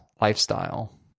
lifestyle